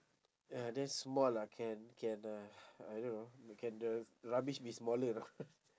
uh then small ah can can uh I don't know can the rubbish be smaller or not